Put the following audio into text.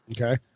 Okay